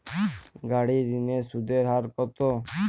গাড়ির ঋণের সুদের হার কতো?